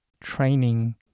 training